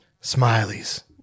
Smiley's